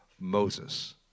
Moses